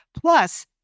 plus